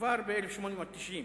כבר ב-1890.